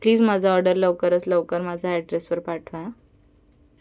please माझं order लवकरच लवकर माझं ॲड्रेसवर पाठवा